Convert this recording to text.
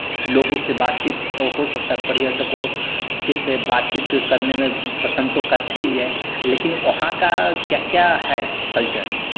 लोगों से बातचीत हो सकता है पर्यटकों के से बातचीत करने में पसंद तो करते ही हैं लेकिन वहाँ का क्या क्या है कल्चर